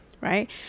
right